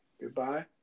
Goodbye